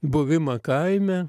buvimą kaime